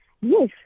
Yes